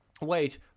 wait